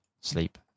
Sleep